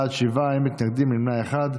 בעד, שבעה, אין מתנגדים, נמנע אחד.